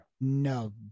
No